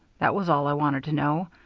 that was all i wanted to know.